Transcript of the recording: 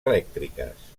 elèctriques